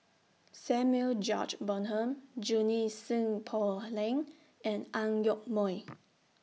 Samuel George Bonham Junie Sng Poh Leng and Ang Yoke Mooi